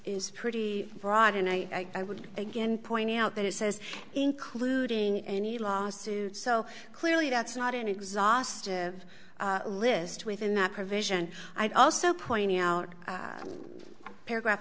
is pretty broad and i would again point out that it says including any lawsuits so clearly that's not an exhaustive list within that provision i'd also pointing out paragraph